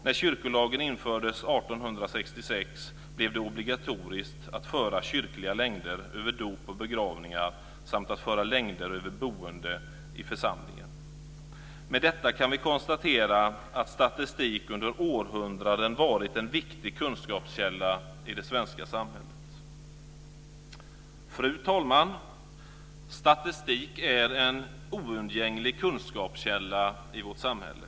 När kyrkolagen infördes 1866 blev det obligatoriskt att föra kyrkliga längder över dop och begravningar samt att föra längder över boende i församlingen. Med detta kan vi konstatera att statistik under århundraden varit en viktig kunskapskälla i det svenska samhället. Fru talman! Statistik är en oundgänglig kunskapskälla i vårt samhälle.